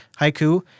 Haiku